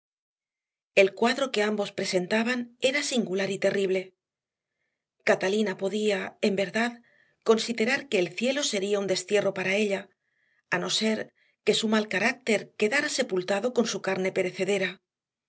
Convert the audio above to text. el cuadro que ambos presentaban era singular y terrible catalina podía en verdad considerar que el cielo sería un destierro para ella a no ser que su mal carácter quedara sepultado con su carne perecedera